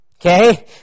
Okay